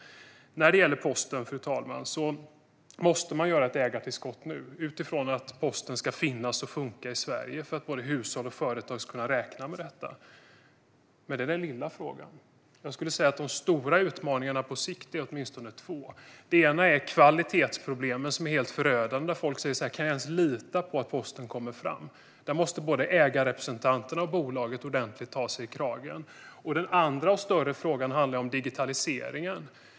När det gäller posten, fru talman, måste man göra ett ägartillskott nu utifrån att posten ska finnas och funka i Sverige och för att både hushåll och företag ska kunna räkna med det. Men det är den lilla frågan. Jag skulle säga att de stora utmaningarna på sikt är åtminstone två. Den ena utmaningen är kvalitetsproblemen, som är helt förödande. Folk säger: Kan jag lita på att posten ens kommer fram? Där måste både ägarrepresentanterna och bolaget ta sig i kragen. Den andra och större utmaningen handlar om digitaliseringen.